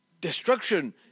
destruction